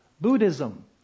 Buddhism